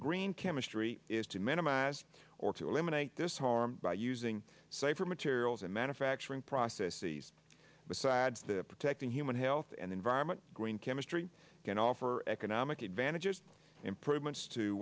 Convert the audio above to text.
green chemistry is to minimize or to eliminate this harm by using safer materials and manufacturing process sees besides the protecting human health and environment green chemistry can offer economic advantages improvements to